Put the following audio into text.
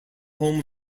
home